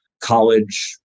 college